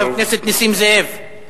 חבר הכנסת נסים זאב,